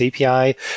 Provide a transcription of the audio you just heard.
API